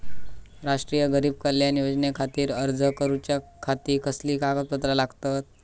राष्ट्रीय गरीब कल्याण योजनेखातीर अर्ज करूच्या खाती कसली कागदपत्रा लागतत?